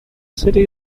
city